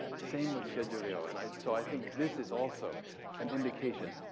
same with xie zhiliu. and i so i think this is also an indication.